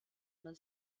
man